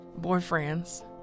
boyfriends